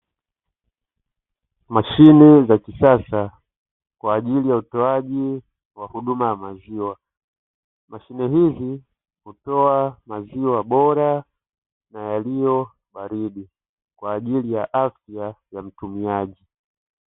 Mashine za kisasa kwa ajili ya utoaji wa huduma ya maziwa. Mashine hizi hutoa maziwa bora na yaliyo baridi kwa ajili ya afya ya mtumiaji.